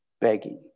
begging